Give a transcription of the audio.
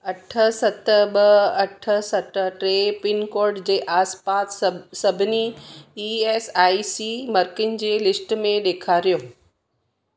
अठ सत ॿ अठ सत टे पिनकोड जे आसपास स सभिनी ई एस आई सी मर्कज़ जी लिस्ट में ॾेखारियो